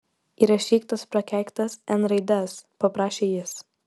įrašyk tas prakeiktas n raides paprašė jis